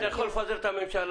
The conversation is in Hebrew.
אתה יכול לפזר את הממשלה.